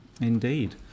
Indeed